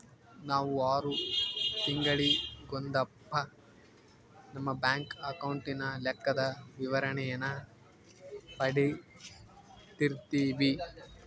ನಾವು ಆರು ತಿಂಗಳಿಗೊಂದಪ್ಪ ನಮ್ಮ ಬ್ಯಾಂಕ್ ಅಕೌಂಟಿನ ಲೆಕ್ಕದ ವಿವರಣೇನ ಪಡೀತಿರ್ತೀವಿ